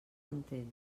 entén